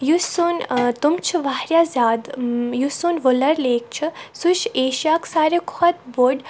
یُس سون تِم چھِ واریاہ زِیادٕ یُس سون وُلر لیک چھِ سُہ چھِ ایشیاہُک ساروٕے کھۄتہٕ بوٚڈ